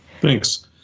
Thanks